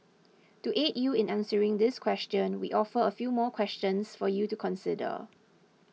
to aid you in answering this question we offer a few more questions for you to consider